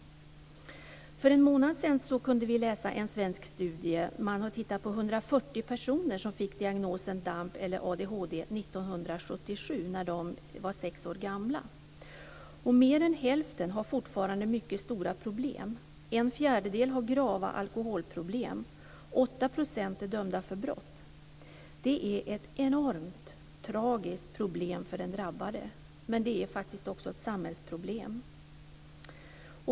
För en månad sedan kunde vi läsa en svensk studie där man hade tittat på 140 personer som hade fått diagnosen DAMP eller ADHD 1977 när de var sex år gamla. Mer än hälften har fortfarande mycket stora problem. En fjärdedel har grava alkoholproblem. 8 % är dömda för brott. Det är enormt tragiskt för den drabbade, men det är faktiskt också ett samhällsproblem.